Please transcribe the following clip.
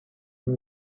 خون